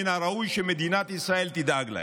מן הראוי שמדינת ישראל תדאג להם.